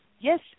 yes